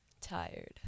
tired